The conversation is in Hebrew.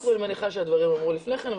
ואני מניחה שהדברים נאמרו לפני כן,